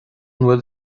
bhfuil